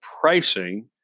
pricing